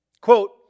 Quote